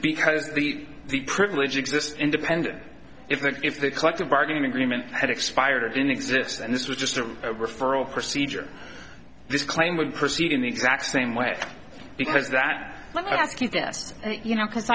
because the the privilege exists independent if that if the collective bargaining agreement had expired or didn't exist and this was just a referral procedure this claim would proceed in the exact same way because that let me ask you this you know because